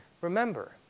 Remember